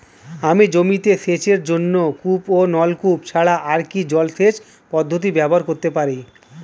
আমি জমিতে সেচের জন্য কূপ ও নলকূপ ছাড়া আর কি জলসেচ পদ্ধতি ব্যবহার করতে পারি?